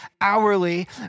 hourly